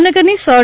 ભાવનગરની સર